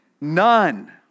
None